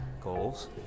goals